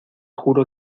juro